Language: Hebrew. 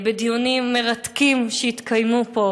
בדיונים מרתקים שהתקיימו פה,